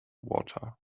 water